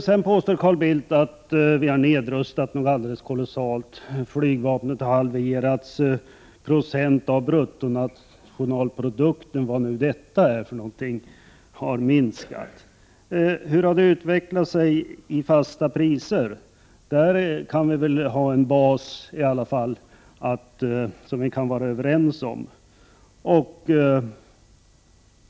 Sedan påstår Carl Bildt att det har nedrustats kolossalt mycket, att flygvapnet har halverats och att procenten av bruttonationalprodukten — vad nu detta är — har minskat. En annan bas, som vi kan vara överens om, är utvecklingen i fasta priser.